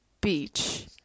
beach